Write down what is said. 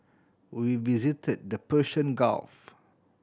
we visited the Persian Gulf